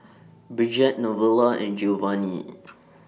Bridgette Novella and Geovanni